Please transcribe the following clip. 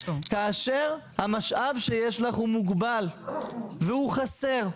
כאשר המשאב שיש לך הוא מוגבל, והוא חסר,